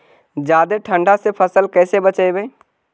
जादे ठंडा से फसल कैसे बचइबै?